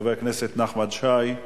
חבר הכנסת נחמן שי,